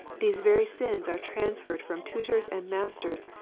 these very sins are transferred from tutors and masters,